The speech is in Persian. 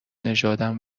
نژادم